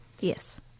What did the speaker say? Yes